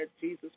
Jesus